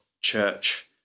church